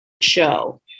show